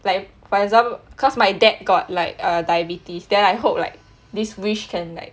like for example cause my dad got like err diabetes then I hope like this wish can like